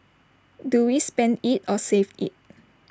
do we spend IT or save IT